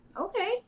okay